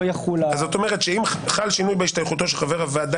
לא יחול -- זאת אומרת שאם חל שינוי בהשתייכותו של חבר הוועדה